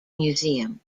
museum